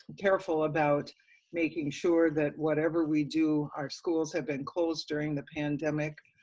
careful about making sure that whatever we do, our schools have been closed during the pandemic.